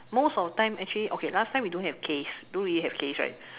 most of the time actually okay last time we don't have case don't really have case right